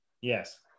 Yes